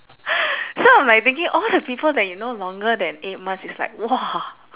so I'm like thinking all the people that you know longer than eight months it's like !wah!